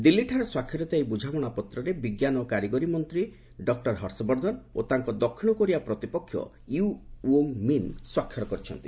ଦିଲ୍ଲୀଠାରେ ସ୍ୱାକ୍ଷରିତ ଏହି ବୁଝାମଣାପତ୍ରରେ ବିଜ୍ଞାନ ଓ କାରିଗରୀ ମନ୍ତ୍ରୀ ଡକ୍କର ହର୍ଷବର୍ଦ୍ଧନ ଓ ତାଙ୍କ ଦକ୍ଷିଣକୋରିଆ ପ୍ରତିପକ୍ଷ ଇୟୁ ୟୋଙ୍ଗ୍ ମିନ୍ ସ୍ୱାକ୍ଷର କରିଛନ୍ତି